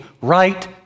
right